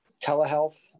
telehealth